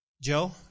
Joe